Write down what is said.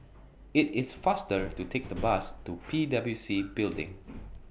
IT IS faster to Take The Bus to P W C Building